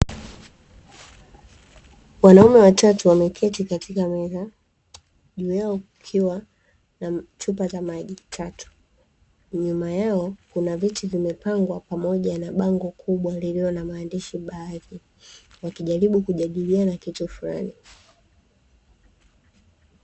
Wanaume watatu wameketi katika meza, juu yao kukiwa na chupa za maji tatu, nyuma yao kuna viti vimepangwa pamoja na bango kubwa lililo na maandishi baadhi; wakijaribu kujadiliana kitu fulani.